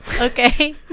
Okay